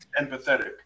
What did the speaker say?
Empathetic